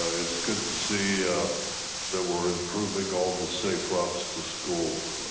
ah it's good to see that we're improving all the safe routes to schools.